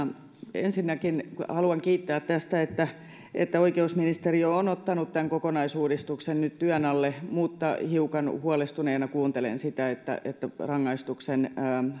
ensinnäkin haluan kiittää tästä että että oikeusministeriö on ottanut tämän kokonaisuudistuksen nyt työn alle mutta hiukan huolestuneena kuuntelen sitä että että